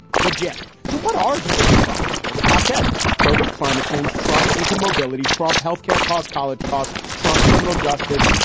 the gist. so what are the biggest problems? here are the top ten covered climate change. trump income mobility, trump health care cost college costs, trump criminal justice.